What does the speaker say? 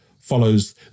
follows